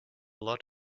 lot